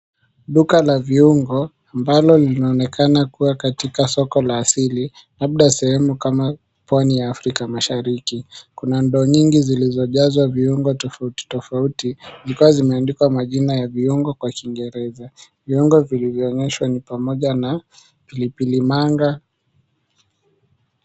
Duka la viungo ambalo linaonekana kuwa katika soko la asili, labda sehemu kama pwani ya Afrika mashariki. Kuna ndoo nyingi zilizojazwa viungo tofauti tofauti zikiwa zimeandikwa majina ya viungo kwa kingereza. Viungo vilivyoonyeshwa ni pamoja na pilipili manga.